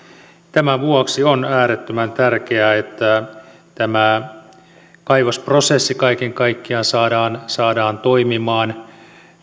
tämän vuoksi on äärettömän tärkeää että tämä kaivosprosessi kaiken kaikkiaan saadaan saadaan toimimaan